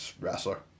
wrestler